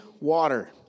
water